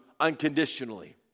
unconditionally